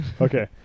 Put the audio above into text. Okay